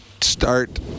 start